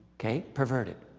okay? perverted.